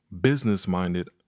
business-minded